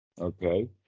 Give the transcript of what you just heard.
Okay